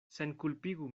senkulpigu